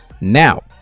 Now